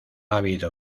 habido